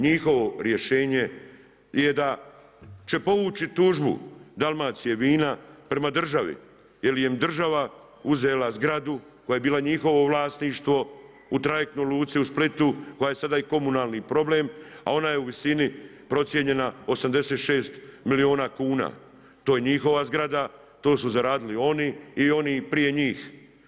Njihovo rješenje je da će povući tužbu Dalmacijevina prema država jel im je država uzela zgradu koja je bila njihovo vlasništvo u Trajektnoj luci u Splitu koja je sada i komunalni problem, a ona je u visini procijenjena 86 milijuna kuna. to je njihova zgrada, to su zaradili oni i oni prije njih.